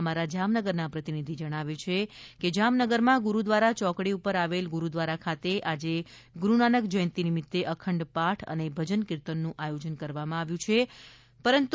અમારા જામનગરના પ્રતિનિધિ જણાવે છે કે જામનગરમાં ગુરુદ્વારા ચોકડી પર આવેલ ગુરુદ્વારા ખાતે આજે ગુરૂનાનક જયંતિ નિમિતે અખંડ પાઠ અને ભજન કીર્તનનું આયોજન કરવામાં આવ્યું હતું